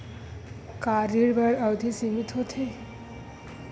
का ऋण बर अवधि सीमित होथे?